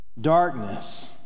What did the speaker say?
Darkness